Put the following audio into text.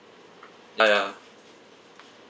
ah ya